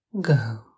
go